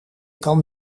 kan